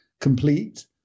complete